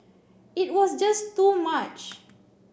it was just too much